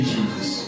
Jesus